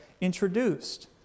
introduced